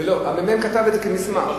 הממ"מ כתב את זה כמסמך.